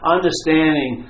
Understanding